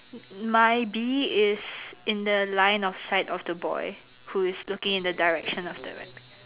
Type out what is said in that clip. my bee is in the line of sight of the boy who is looking in the direction of the rabbit